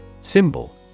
Symbol